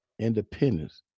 independence